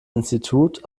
institut